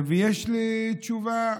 ויש לי תשובה.